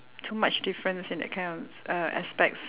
too much difference in that kind of uh aspects